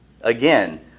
Again